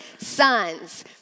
sons